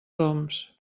oms